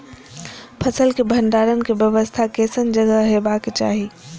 फसल के भंडारण के व्यवस्था केसन जगह हेबाक चाही?